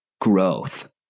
growth